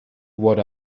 what